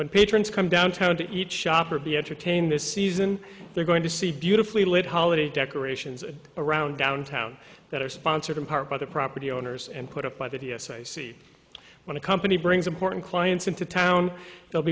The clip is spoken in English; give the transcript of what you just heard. when patrons come downtown to each shop or be entertained this season they're going to see beautifully lit holiday decorations around downtown that are sponsored in part by the property owners and put up by the t s a see when a company brings important clients into town they'll